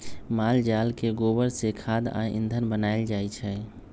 माल जाल के गोबर से खाद आ ईंधन बनायल जाइ छइ